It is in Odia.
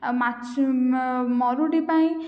ଆଉ ମାଛ୍ ମ ମରୁଡ଼ି ପାଇଁ